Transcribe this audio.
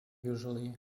usually